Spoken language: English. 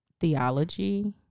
theology